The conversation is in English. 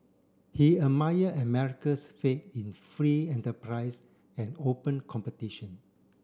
he admired America's faith in free enterprise and open competition